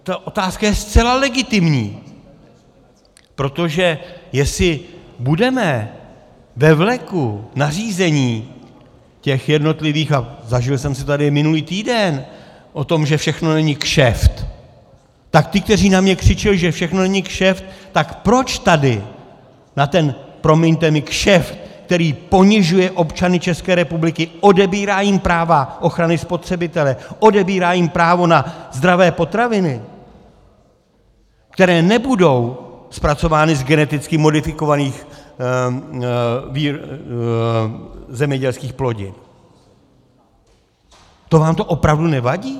Ta otázka je zcela legitimní, protože jestli budeme ve vleku nařízení, těch jednotlivých, a zažil jsem to tady minulý týden, o tom, že všechno není kšeft, tak ti, kteří na mě křičeli, že všechno není kšeft, tak proč tady na ten, promiňte mi, kšeft, který ponižuje občany České republiky, odebírá jim práva ochrany spotřebitele, odebírá jim právo na zdravé potraviny, které nebudou zpracovány z geneticky modifikovaných zemědělských plodin, to vám to opravdu nevadí?